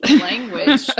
language